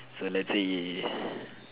so let's say ya ya ya